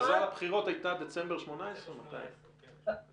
הכרזת הבחירות הייתה דצמבר 2018. מתי הייתה?